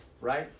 right